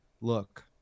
look